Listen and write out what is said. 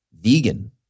vegan